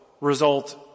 result